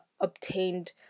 obtained